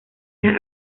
las